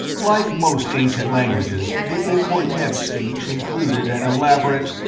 like most ancient languages, the akor-neb speech included an elaborate,